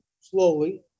slowly